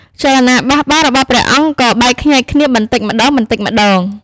ចលនាបះបោររបស់ព្រះអង្គក៏បែកខ្ញែកគ្នាបន្តិចម្ដងៗ។